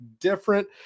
different